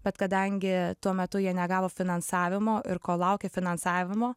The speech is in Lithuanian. bet kadangi tuo metu jie negavo finansavimo ir kol laukė finansavimo